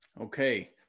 okay